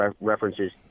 references